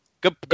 good